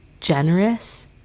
generous